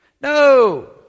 No